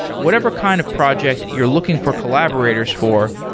whatever kind of project you're looking for collaborators for,